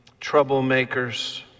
troublemakers